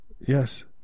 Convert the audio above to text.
Yes